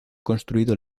construido